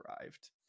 arrived